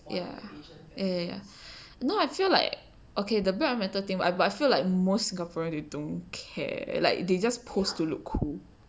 ya ya now I feel like okay the black matter thing bu~ bu~ I feel like most singaporean they don't care like they just post to look cool